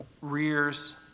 rears